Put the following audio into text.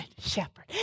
shepherd